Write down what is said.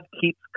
keeps